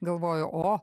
galvoju o